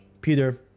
Peter